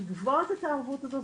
לגבות את הערבות הזו,